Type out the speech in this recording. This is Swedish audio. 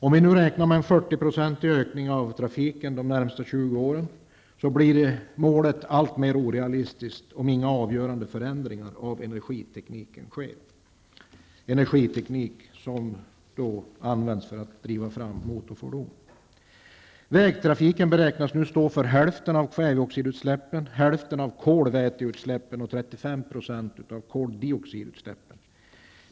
Om vi räknar med en 40 åren, blir målet alltmer orealistiskt om ingen avgörande förändring sker i fråga om energitekniken, som används för att driva fram motorfordon. Vägtrafiken beräknas nu stå för hälften av kväveoxidutsläppen, hälften av kolväteutsläppen och 35 % av koldioxidutsläppen.